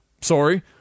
sorry